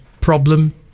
problem